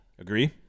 Agree